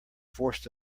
forced